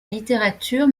littérature